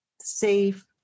safe